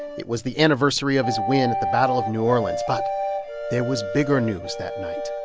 it was the anniversary of his win at the battle of new orleans. but there was bigger news that night.